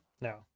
No